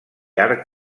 arc